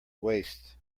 waste